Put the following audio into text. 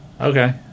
Okay